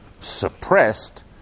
suppressed